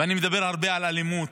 ואני מדבר הרבה על אלימות,